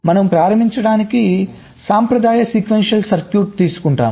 మనము ప్రారంభించడానికి సంప్రదాయ సీక్వెన్షియల్ సర్క్యూట్ తీసుకుంటాము